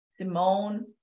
Simone